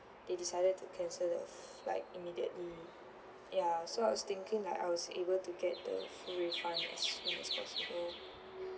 they decided to cancel the flight immediately yeah so I was thinking like I was able to get the full refund as soon as possible